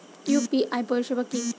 UPI পরিসেবা কি?